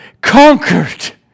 conquered